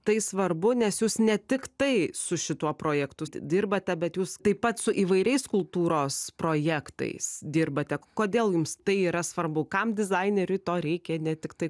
tai svarbu nes jūs ne tik tai su šituo projektu dirbate bet jūs taip pat su įvairiais kultūros projektais dirbate kodėl jums tai yra svarbu kam dizaineriui to reikia ne tiktai